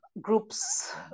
groups